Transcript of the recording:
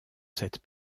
cette